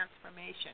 transformation